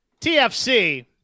TFC